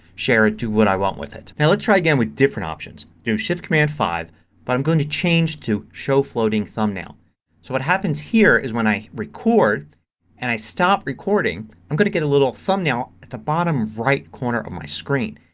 share it and do what i want with it. now let's try again but with different options. do shift command five but i'm going to change to show floating thumbnail. so what happens here is when i record and i stop recording i'm going to get a little thumbnail at the bottom right corner of my screen.